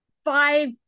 five